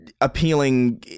appealing